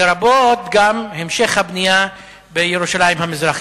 לרבות גם המשך הבנייה בירושלים המזרחית.